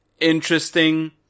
interesting